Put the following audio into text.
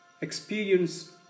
experience